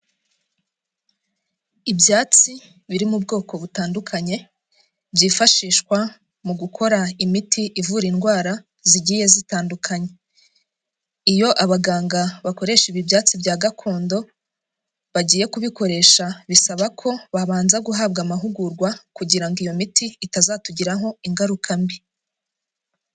Ibyatsi biri mu bwoko butandukanye byifashishwa mu gukora imiti ivura indwara zigiye zitandukanye, iyo abaganga bakoresha ibi ibyatsi bya gakondo bagiye kubikoresha bisaba ko babanza guhabwa amahugurwa kugira ngo iyo miti itazatugiraho ingaruka mbi.